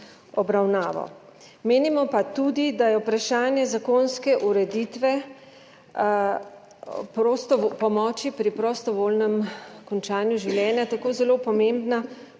obravnavo. Menimo pa tudi, da je vprašanje zakonske ureditve pomoči pri prostovoljnem končanju življenja tako zelo pomembno